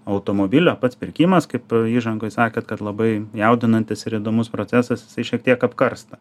automobilio pats pirkimas kaip įžangoj sakėt kad labai jaudinantis ir įdomus procesas tai šiek tiek apkarsta